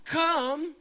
come